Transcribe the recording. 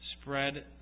spread